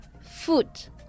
foot